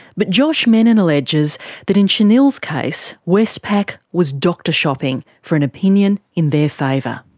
but josh mennen alleges that in shanil's case westpac was doctor shopping for an opinion in their favour.